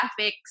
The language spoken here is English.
graphics